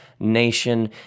nation